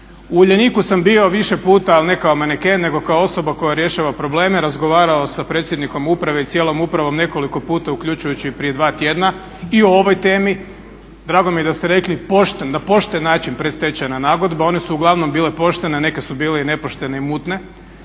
U Uljaniku sam bio više puta ali ne kao maneken nego kao osoba koja rješava probleme, razgovarao sa predsjednikom uprave i cijelom uprave nekoliko puta uključujući i prije dva tjedna i o ovoj temi. Drago mi je da ste rekli pošten, na pošten način predstečajna nagodba, one su uglavnom bile poštene, a neke su bile nepoštene i mutne,